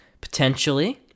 potentially